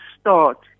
start